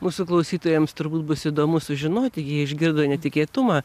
mūsų klausytojams turbūt bus įdomu sužinoti jie išgirdo netikėtumą